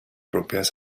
propias